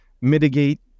mitigate